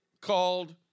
called